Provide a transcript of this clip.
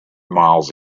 miles